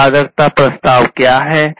उत्पादकता प्रस्ताव क्या है